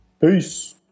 Peace